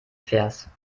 vers